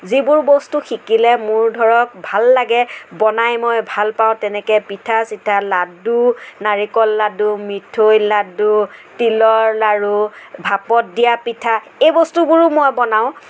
যিবোৰ বস্তু শিকিলৈ মোৰ ধৰক ভাল লাগে বনাই মই ভাল পাওঁ তেনেকৈ পিঠা চিঠা লাডু নাৰিকল লাডু মিঠৈ লাডু তিলৰ লাৰু ভাপত দিয়া পিঠা এই বস্তুবোৰো মই বনাওঁ